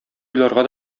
уйларга